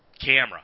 camera